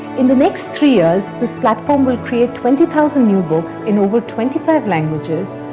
in the next three years, this platform will create twenty thousand new books in over twenty five languages,